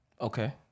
Okay